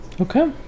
okay